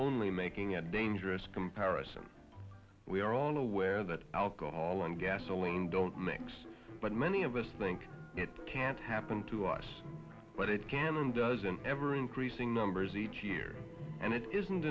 only making a dangerous comparison we are all aware that alcohol and gasoline don't mix but many of us think it can't happen to us but it can and does an ever increasing numbers each year and it isn't